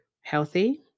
healthy